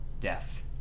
death